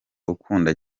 ukunda